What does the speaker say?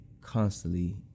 constantly